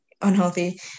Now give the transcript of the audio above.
unhealthy